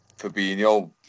Fabinho